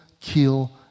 kill